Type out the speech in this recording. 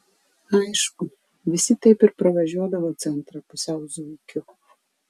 aišku visi taip ir pravažiuodavo centrą pusiau zuikiu